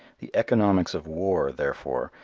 the economics of war, therefore,